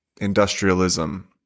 industrialism